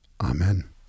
Amen